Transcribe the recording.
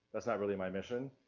that's not really my mission,